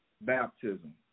Baptism